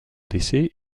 décès